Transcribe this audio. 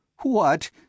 What